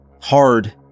Hard